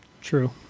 true